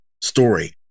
story